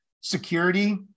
Security